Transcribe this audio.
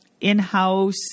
in-house